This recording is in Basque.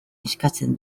eskatzen